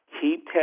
keep